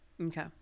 okay